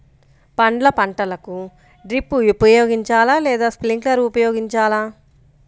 పండ్ల పంటలకు డ్రిప్ ఉపయోగించాలా లేదా స్ప్రింక్లర్ ఉపయోగించాలా?